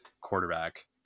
quarterback